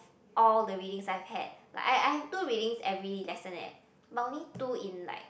all the readings I've had like I I have two readings every lesson eh but only two in like